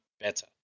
better